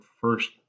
first